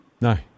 No